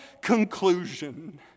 conclusion